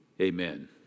Amen